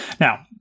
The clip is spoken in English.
Now